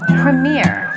premiere